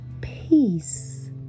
peace